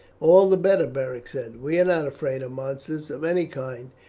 all the better, beric said we are not afraid of monsters of any kind,